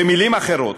במילים אחרות,